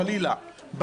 חלילה,